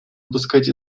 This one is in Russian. упускать